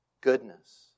goodness